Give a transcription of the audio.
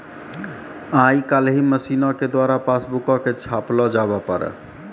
आइ काल्हि मशीनो के द्वारा पासबुको के छापलो जावै पारै